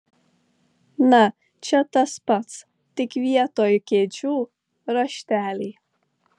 na čia tas pats tik vietoj kėdžių rašteliai